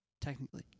technically